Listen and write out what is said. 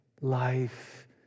life